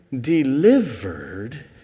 delivered